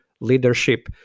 leadership